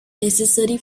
necessary